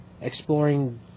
exploring